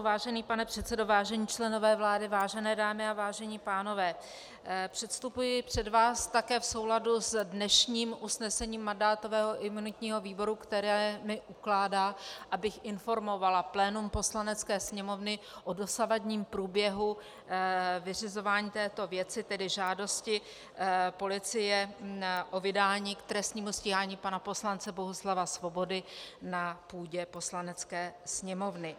Vážený pane předsedo, vážení členové vlády, vážené dámy a vážení pánové, předstupuji před vás také v souladu s dnešním usnesením mandátového a imunitního výboru, které mi ukládá, abych informovala plénum Poslanecké sněmovny o dosavadním průběhu vyřizování této věci, tedy žádosti policie o vydání k trestnímu stíhání pana poslance Bohuslava Svobody na půdě Poslanecké sněmovny.